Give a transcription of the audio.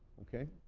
okay?